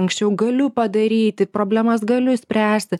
anksčiau galiu padaryti problemas galiu spręsti